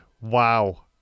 Wow